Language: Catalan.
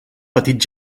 petit